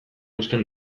uzten